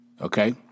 Okay